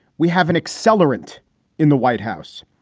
we have an accelerant in the white house.